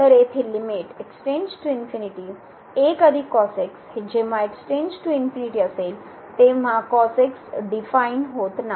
तर येथे लिमिट हे जेंव्हा असेल तेंव्हा डीफाइन होत नाही